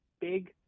big